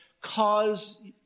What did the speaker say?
cause